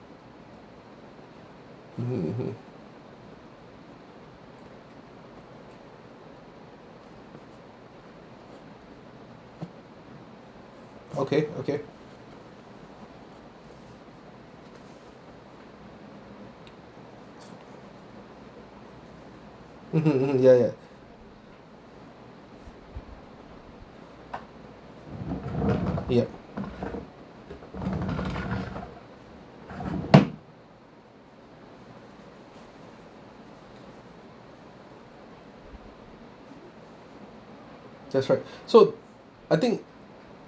mmhmm mmhmm okay okay mmhmm mmhmm ya ya ya that's right so I think